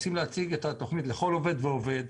רוצים להציג אותה לכל עובד ועובד,